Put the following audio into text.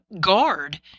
guard